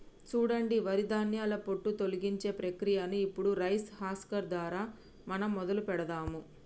సూడండి వరి ధాన్యాల పొట్టు తొలగించే ప్రక్రియను ఇప్పుడు రైస్ హస్కర్ దారా మనం మొదలు పెడదాము